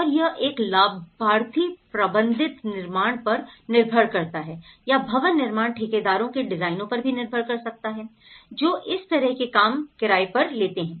और यह एक लाभार्थी प्रबंधित निर्माण पर निर्भर करता है या भवन निर्माण ठेकेदारों के डिजाइनरों पर भी निर्भर कर सत्ता है जो इस तरह के काम किराए पर लेते हैं